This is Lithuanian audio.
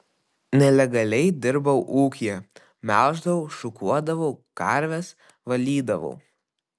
nelegaliai dirbau ūkyje melždavau šukuodavau karves valydavau